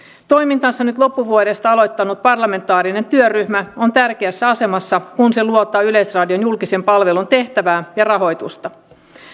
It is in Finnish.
toimintansa nyt loppuvuodesta aloittanut parlamentaarinen työryhmä on tärkeässä asemassa kun se luotaa yleisradion julkisen palvelun tehtävää ja rahoitusta